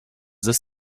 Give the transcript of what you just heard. this